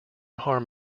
harm